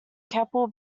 keppel